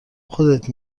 خودت